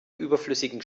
überflüssigen